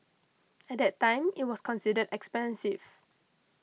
at that time it was considered expensive